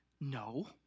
No